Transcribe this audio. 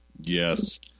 Yes